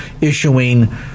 issuing